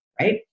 right